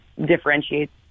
differentiates